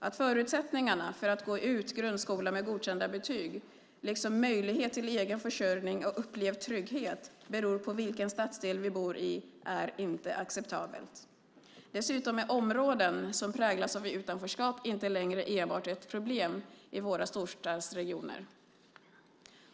Att förutsättningarna för att gå ut grundskolan med godkända betyg, liksom möjlighet till egenförsörjning och upplevd trygghet beror på vilken stadsdel vi bor i, är inte acceptabelt. Dessutom är områden som präglas av utanförskap inte längre enbart ett problem i våra storstadsregioner.